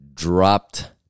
Dropped